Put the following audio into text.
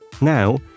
now